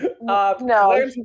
No